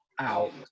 out